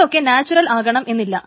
ഇതൊക്കെ നാച്വറൽ ആകണം എന്നില്ല